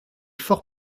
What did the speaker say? fort